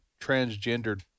transgendered